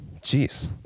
Jeez